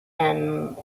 and